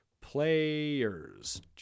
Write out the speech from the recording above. Players